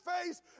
face